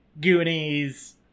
Goonies